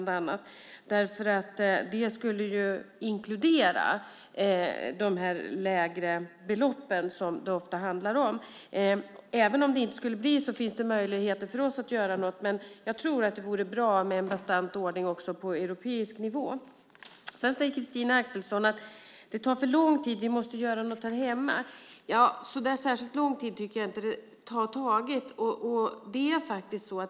Det skulle i så fall inkludera de lägre beloppen, som det ju ofta handlar om. Även om så inte skulle ske finns det möjligheter för oss att göra något, men jag tror att det vore bra med en bastant ordning också på europeisk nivå. Christina Axelsson säger att det tar för lång tid och att vi måste göra något här hemma. Så särskilt lång tid tycker jag emellertid inte att det har tagit.